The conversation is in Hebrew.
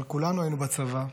אבל כולנו היינו בצבא,